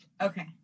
Okay